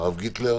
הרב גיטלר.